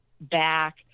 back